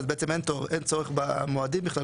בעצם אין צורך במועדים בכלל,